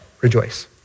rejoice